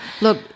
Look